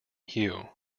hue